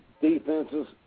defenses